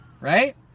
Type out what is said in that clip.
right